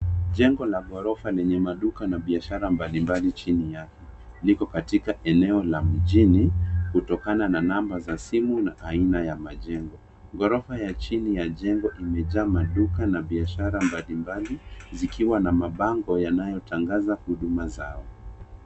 Jengo la ghorofa lenye maduka na biashara mbalimbali chini yake, liko katika eneo la mjini, kutokana na namba za simu na aina ya majengo. Ghorofa ya chini ya jengo imejaa maduka na biashara mbalimbali, zikiwa na mabango yanayotangaza huduma zao.